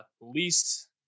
least